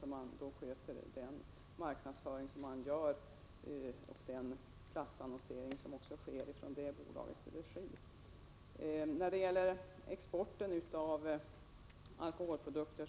Löneministern kommenterade över huvud taget inte det som jag sade i mitt inlägg om exporten av alkoholprodukter.